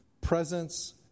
presence